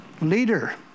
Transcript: leader